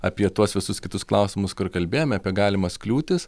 apie tuos visus kitus klausimus kur kalbėjom apie galimas kliūtis